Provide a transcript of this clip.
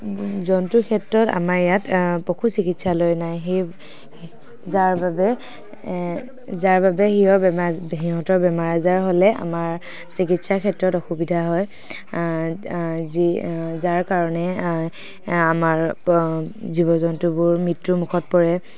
জন্তুৰ ক্ষেত্ৰত আমাৰ ইয়াত পশু চিকিৎসালয় নাই সেই যাৰ বাবে সিহঁতৰ বেমাৰ আজাৰ হ'লে আমাৰ চিকিৎসাৰ ক্ষেত্ৰত অসুবিধা হয় যি যাৰ কাৰণে আমাৰ জীৱ জন্তুবোৰ মৃত্যুমুখত পৰে